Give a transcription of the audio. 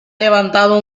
levantado